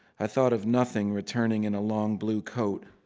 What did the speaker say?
i thought of nothing returning in a long blue coat.